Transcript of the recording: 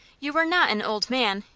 you are not an old man.